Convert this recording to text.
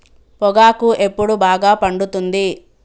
పొగాకు ఎప్పుడు బాగా పండుతుంది?